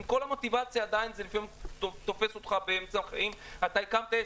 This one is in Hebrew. עם כל המוטיבציה זה תופס אותך באמצע החיים הקמת עסק,